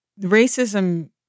Racism